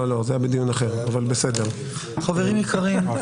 לא, זה היה בדיון אחר נכון, אתה